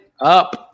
up